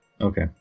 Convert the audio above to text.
Okay